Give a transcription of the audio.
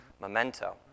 Memento